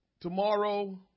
tomorrow